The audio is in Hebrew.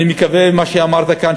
אני מקווה שמה שאמרת כאן,